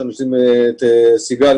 ד"ר סיגל,